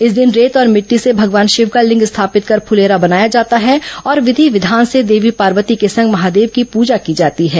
इस दिन रेत और मिट्टी से भगवान शिव का लिंग स्थापित कर फुलेरा बनाया जाता है और विधि विधान से देवी पार्वती के संग महादेव की पूजा की जाती है